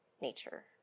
nature